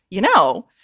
you know,